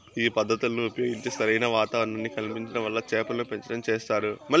ఈ పద్ధతులను ఉపయోగించి సరైన వాతావరణాన్ని కల్పించటం వల్ల చేపలను పెంచటం చేస్తారు